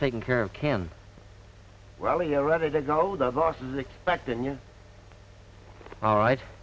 taking care of can well you're ready to go the boss is expecting you all right